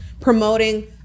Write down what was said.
promoting